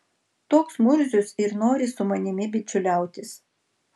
toks murzius ir nori su manimi bičiuliautis